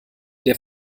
der